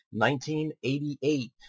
1988